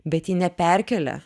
bet ji neperkelia